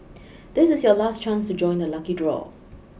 this is your last chance to join the lucky draw